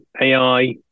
AI